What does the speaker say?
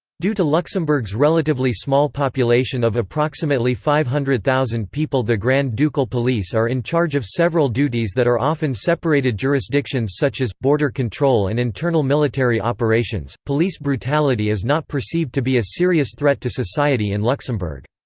due to luxembourg's relatively small population of approximately five hundred, zero people the grand ducal police are in charge of several duties that are often separated jurisdictions such as border control and internal military operations police brutality is not perceived to be a serious threat to society in luxembourg.